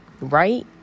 Right